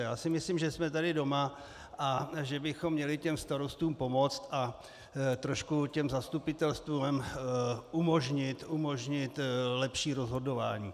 Já si myslím, že jsme tady doma a že bychom měli starostům pomoct a trošku těm zastupitelstvům umožnit lepší rozhodování.